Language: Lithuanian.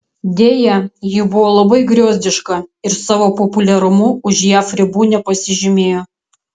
deja ji buvo labai griozdiška ir savo populiarumu už jav ribų nepasižymėjo